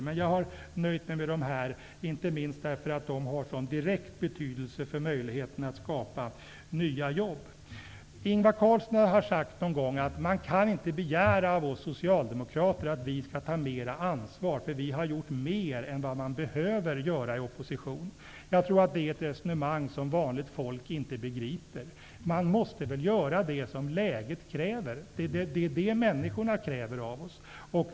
Jag har dock nöjt mig med dessa frågor, inte minst därför att de har direkt betydelse för möjligheterna att skapa nya jobb. Ingvar Carlsson har någon gång sagt att man inte kan begära av socialdemokraterna att de skall ta mera ansvar, eftersom de har gjort mera än de behöver göra i opposition. Jag tror att det är ett resonemang som vanligt folk inte begriper. Man måste väl göra det som läget kräver. Det är det som människorna kräver av oss.